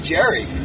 Jerry